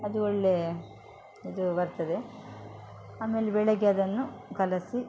ಅದು ಒಳ್ಳೆಯ ಇದು ಬರ್ತದೆ ಆಮೇಲೆ ಬೆಳಗ್ಗೆ ಅದನ್ನು ಕಲಸಿ